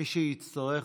מי שיצטרך,